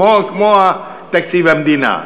כמו תקציב המדינה.